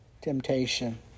temptation